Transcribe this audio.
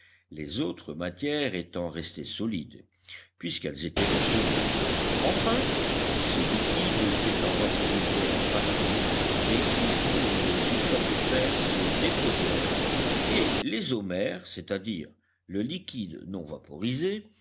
les autres matières étant restées solides puisqu'elles étaient insolubles enfin ce liquide s'étant vaporisé en partie des cristaux de sulfate de fer se déposèrent et les eaux mères c'est-à-dire le liquide non vaporisé